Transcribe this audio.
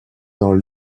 dans